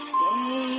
Stay